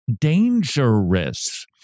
dangerous